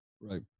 Right